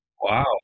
Wow